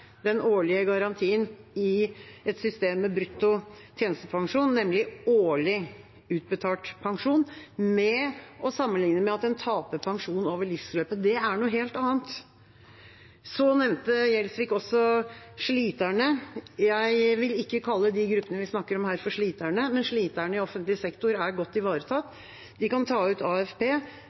den årlige garantien i et system med brutto tjenestepensjon, nemlig årlig utbetalt pensjon, med at man taper pensjon over livsløpet, som han sammenlignet det med. Det er noe helt annet. Så nevnte Gjelsvik også sliterne. Jeg vil ikke kalle de gruppene vi snakker om her, for sliterne. Sliterne i offentlig sektor er godt ivaretatt. De kan ta ut AFP